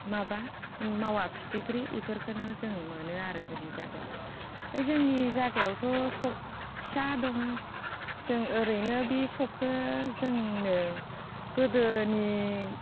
माबा मावा फिथिख्रि बेफोरखौनो जों मोनो आरो जोंनि जागायाव ओमफ्राय जोंनि जागायावथ' स'क फिसा दङ जों ओरैनो बे स'कखौ जोंनो गोदोनि